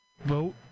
vote